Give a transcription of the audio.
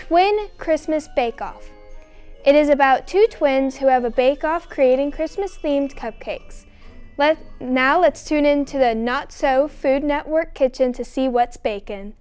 twin christmas bake off it is about two twins who have a bake off creating christmas themed cupcakes well now let's tune into the not so food network kitchen to see what's bacon